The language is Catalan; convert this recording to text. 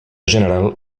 general